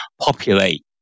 populate